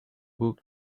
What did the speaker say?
book